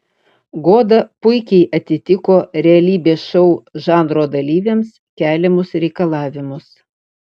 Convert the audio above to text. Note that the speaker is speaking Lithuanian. goda puikiai atitiko realybės šou žanro dalyviams keliamus reikalavimus